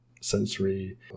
sensory